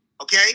okay